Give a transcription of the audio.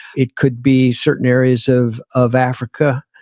it could be certain areas of of africa,